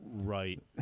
Right